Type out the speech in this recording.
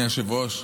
אדוני היושב-ראש,